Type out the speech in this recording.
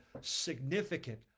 significant